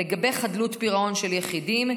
לגבי חדלות פירעון של יחידים,